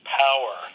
power